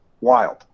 Wild